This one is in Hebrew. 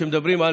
כשמדברים על